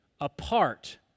apart